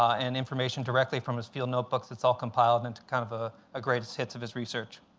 and information directly from his field notebooks. it's all compiled into kind of a ah greatest hits of his research.